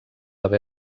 haver